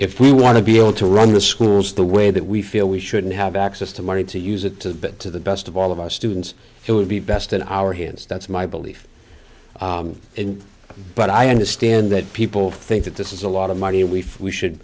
if we want to be able to run the schools the way that we feel we shouldn't have access to money to use it to the best of all of our students it would be best in our hands that's my belief in but i understand that people think that this is a lot of money and we should